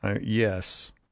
yes